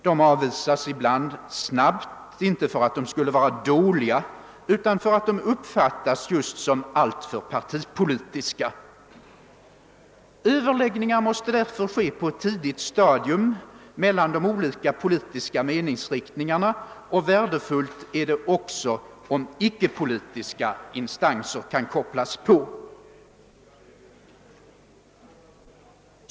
De avvisas ibland snabbt — inte därför att de är dåliga utan därför att de uppfattas just som alltför partipolitiska. Överläggningar måste för den skull föras på ett tidigt stadium mellan de olika politiska meningsriktningarna. Värdefullt är också om icke-politiska instanser kan kopplas på.